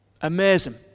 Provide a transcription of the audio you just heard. amazing